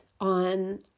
on